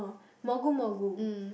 Mogu Mogu